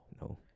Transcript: No